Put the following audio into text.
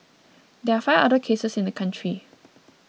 there are five other cases in the country